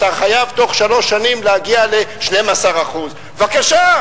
אתה חייב בתוך שלוש שנים להגיע ל-12% בבקשה,